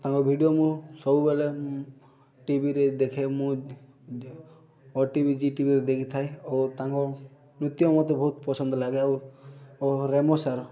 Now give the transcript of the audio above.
ତାଙ୍କ ଭିଡ଼ିଓ ମୁଁ ସବୁବେଳେ ମୁଁ ଟିଭିରେ ଦେଖେ ମୁଁ ଓ ଟି ଭି ଜିଟିଭିରେ ଦେଖିଥାଏ ଓ ତାଙ୍କ ନୃତ୍ୟ ମୋତେ ବହୁତ ପସନ୍ଦ ଲାଗେ ଆଉ ଓହୋ ରେମୋ ସାର୍